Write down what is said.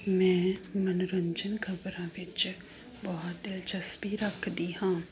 ਮੈਂ ਮਨੋਰੰਜਨ ਖ਼ਬਰਾਂ ਵਿੱਚ ਬਹੁਤ ਦਿਲਚਸਪੀ ਰੱਖਦੀ ਹਾਂ